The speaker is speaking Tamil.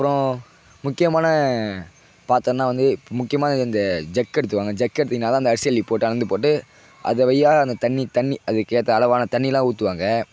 அப்புறம் முக்கியமான பாத்திரன்னா வந்து இப்போ முக்கியமானது இந்த ஜக்கு எடுத்துக்கோங்க ஜக்கு எடுத்தீங்கன்னா தான் அந்த அரிசி அள்ளி போட்டு அளந்து போட்டு அதை வழியா அந்த தண்ணி தண்ணி அதுக்கேற்ற அளவான தண்ணியெலாம் ஊற்றுவாங்க